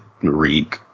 Reek